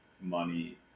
money